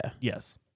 Yes